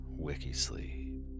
Wikisleep